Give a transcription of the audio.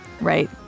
Right